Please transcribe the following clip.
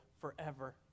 forever